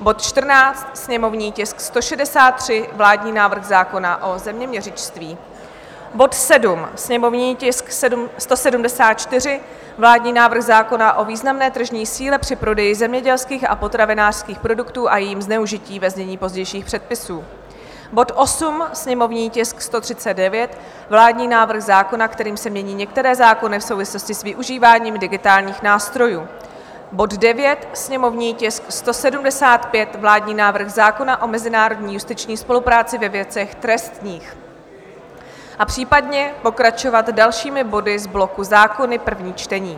bod 14, sněmovní tisk 163 vládní návrh zákona o zeměměřictví, bod 7, sněmovní tisk 174 vládní návrh zákona o významné tržní síle při prodeji zemědělských a potravinářských produktů a jejím zneužití, ve znění pozdějších předpisů, bod 8, sněmovní tisk 139 vládní návrh zákona, kterým se mění některé zákony v souvislosti s využíváním digitálních nástrojů, bod 9, sněmovní tisk 175 vládní návrh zákona o mezinárodní justiční spolupráci ve věcech trestních, a případně pokračovat dalšími body z bloku Zákony, první čtení.